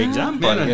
example